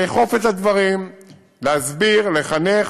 לאכוף את הדברים, להסביר, לחנך,